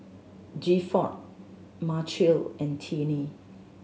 Gifford Machelle and Tinnie